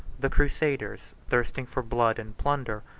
the crusaders, thirsting for blood and plunder,